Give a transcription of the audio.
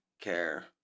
care